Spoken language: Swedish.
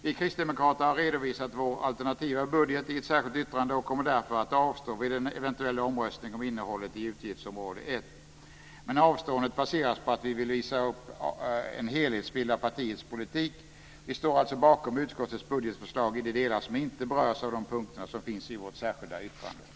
Vi kristdemokrater har redovisat vår alternativa budget i ett särskilt yttrande och kommer därför att avstå vid en eventuell omröstning om innehållet i utgiftsområde 1. Men avstående baseras på att vi vill visa upp en helhetsbild av partiets politik. Vi står alltså bakom utskottets budgetförslag i de delar som inte berörs av punkterna i vårt särskilda yttrande.